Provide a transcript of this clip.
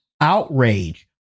outrage